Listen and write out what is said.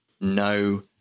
no